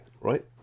right